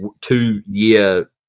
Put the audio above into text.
two-year